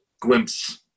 glimpse